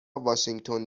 واشینگتن